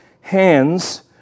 hands